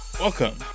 Welcome